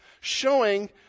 showing